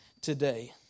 today